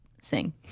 sing